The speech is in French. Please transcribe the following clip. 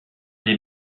des